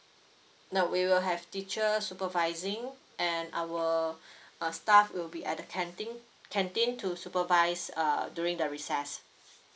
no we will have teacher supervising and our uh staff will be at the canteen canteen to supervise uh during the recess